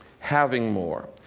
having more.